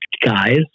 guys